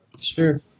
sure